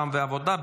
רע"מ והעבודה.